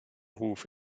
ruf